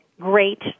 great